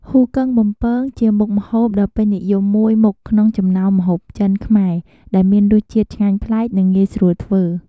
ហ៊ូគឹងបំពង គឺជាមុខម្ហូបដ៏ពេញនិយមមួយមុខក្នុងចំណោមម្ហូបចិន-ខ្មែរ ដែលមានរសជាតិឆ្ងាញ់ប្លែក និងងាយស្រួលធ្វើ។